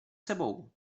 sebou